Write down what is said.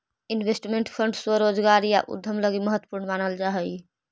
investment fund स्वरोजगार या उद्यम लगी महत्वपूर्ण मानल जा हई